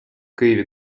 києві